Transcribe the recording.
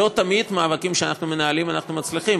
לא תמיד במאבקים שאנחנו מנהלים אנחנו מצליחים,